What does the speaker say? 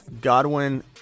Godwin